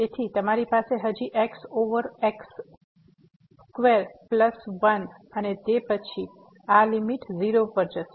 તેથી તમારી પાસે હજી x over x square plus 1 અને તે પછી આ લીમીટ 0 પર જશે